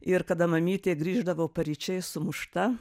ir kada mamytė grįždavo paryčiais sumušta